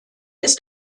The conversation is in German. ist